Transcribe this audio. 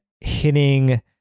hitting